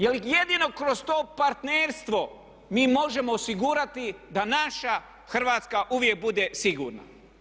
Jer jedino kroz to partnerstvo mi možemo osigurati da naša Hrvatska uvijek bude sigurna.